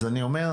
אז אני אומר,